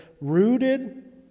rooted